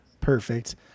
perfect